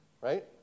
right